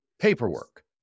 Paperwork